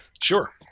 Sure